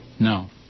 No